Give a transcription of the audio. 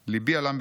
לבנים או חומים.